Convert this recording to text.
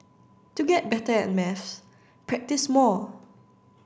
to get better at maths practise more